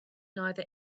neither